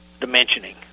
dimensioning